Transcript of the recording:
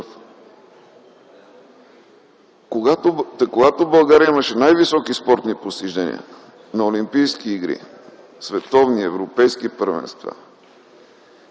Когато България имаше най-високи спортни постижения на олимпийски игри, на световни и европейски първенства,